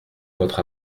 votre